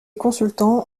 consultants